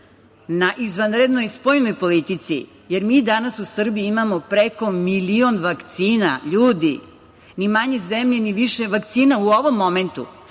na izvanrednoj spoljnoj politici, jer mi danas u Srbiji imamo preko milion vakcina. Ljudi, ni manje zemlje, ni više vakcina u ovom momentu.